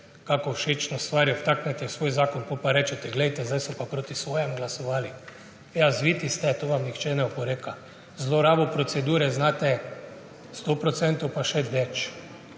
kako všečno stvar vtaknete v svoj zakon, potem pa rečete, glejte, zdaj so pa proti svojim glasovali. Ja, zviti ste, tega vam nihče ne oporeka. Zlorabiti procedure znate 100 %, pa še več.